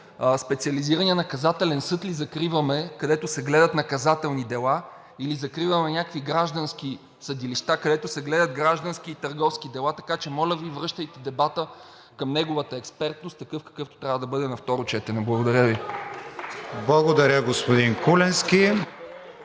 Специализираният наказателен съд ли закриваме, където се гледат наказателни дела, или закриваме някакви граждански съдилища, където се гледат граждански и търговски дела? Така че моля Ви, връщайте дебата към неговата експертност такъв, какъвто трябва да бъде на второ четене. Благодаря Ви. (Ръкопляскания